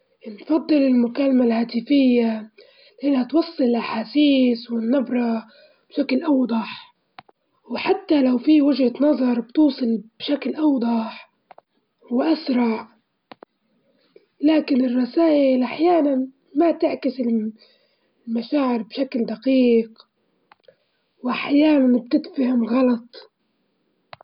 هفضل إني نحضر فيلم وحدي لما تشوف فيلم تقدر تركز على القصة والمشاعر اللي فيها وبدون إزعاج تسمع فيه، لكن الغداء يكون مع الأشخاص ليه متعة خاصة ويكون أكثر متعة.